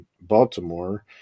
Baltimore